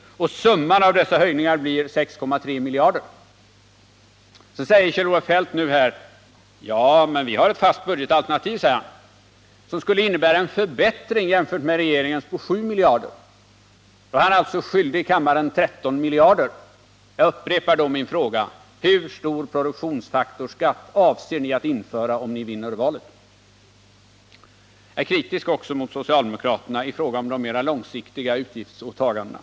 Summan av dessa höjningar blir 6,3 miljarder kronor. Sedan sade Kjell-Olof Feldt att socialdemokraterna har ett fast budgetalternativ, som jämfört med regeringens skulle innebära en förbättring på 7 miljarder kronor. Då är han alltså skyldig kammaren 13 miljarder kronor. Jag upprepar min fråga: Hur stor produktionsfaktorsskatt avser ni att införa om ni vinner valet? Jag är kritisk mot socialdemokraterna också i fråga om de mer långsiktiga utgiftsåtagandena.